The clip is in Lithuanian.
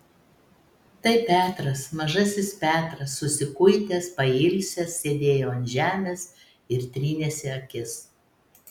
tai petras mažasis petras susikuitęs pailsęs sėdėjo ant žemės ir trynėsi akis